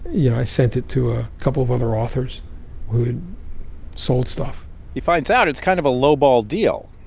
you know, i sent it to a couple of other authors who had sold stuff he finds out it's kind of a lowball deal.